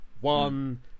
One